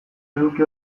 eduki